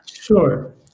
Sure